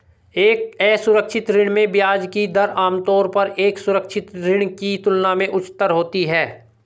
एक असुरक्षित ऋण में ब्याज की दर आमतौर पर एक सुरक्षित ऋण की तुलना में उच्चतर होती है?